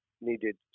needed